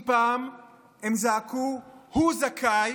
אם פעם הם זעקו: הוא זכאי,